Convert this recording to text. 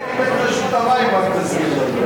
מי הקים את רשות המים, רק תזכיר לנו.